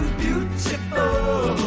beautiful